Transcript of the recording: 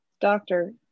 Doctor